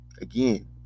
Again